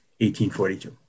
1842